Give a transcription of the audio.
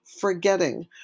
forgetting